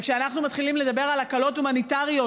וכשאנחנו מתחילים לדבר על הקלות הומניטריות,